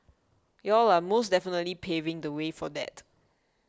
y'all are most definitely paving the way for that